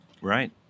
Right